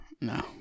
No